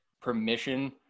permission